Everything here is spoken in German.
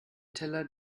teller